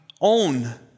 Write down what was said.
own